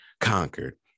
conquered